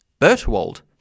Bertwald